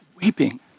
weeping